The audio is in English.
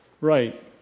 right